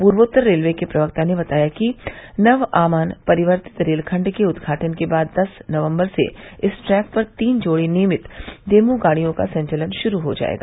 पूर्वोत्तर रेलवे के प्रवक्ता ने बताया है कि नवआमान परिवर्तित रेलखण्ड के उद्घाटन के बाद दस नवम्बर से इस ट्रैक पर तीन जोड़ी नियमित डेमू गाड़ियों का संचलन शुरू हो जायेगा